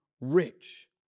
rich